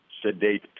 sedate